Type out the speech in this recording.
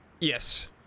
Yes